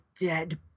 dead